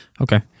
Okay